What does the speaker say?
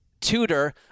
tutor